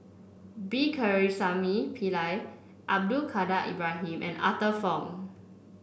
B Pakirisamy Pillai Abdul Kadir Ibrahim and Arthur Fong